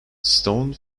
stone